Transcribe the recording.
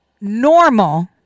Normal